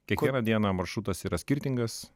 kiekvieną dieną maršrutas yra skirtingas